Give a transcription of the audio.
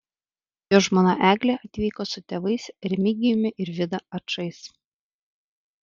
jo žmona eglė atvyko su tėvais remigijumi ir vida ačais